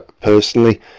personally